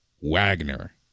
Wagner